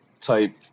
type